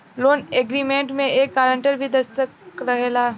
loan agreement में एक guarantor के भी दस्तख़त रहेला